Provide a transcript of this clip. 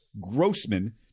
Grossman